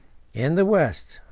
in the west,